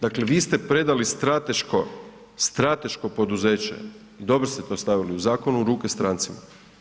Dakle, vi ste predali strateško, strateško poduzeće i dobro ste to stavili u zakon, u ruke strancima.